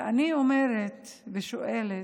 ואני אומרת ושואלת: